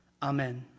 Amen